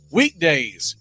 weekdays